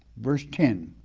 verse ten,